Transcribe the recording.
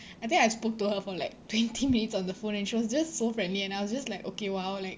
I think I spoke to her for like twenty minutes on the phone and she was just so friendly and I was just like okay !wow! like